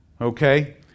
Okay